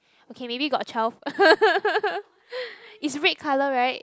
okay maybe got twelve is red color right